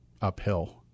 uphill